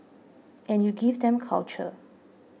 and you give them culture